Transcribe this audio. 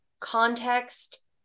context